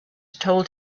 told